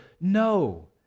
No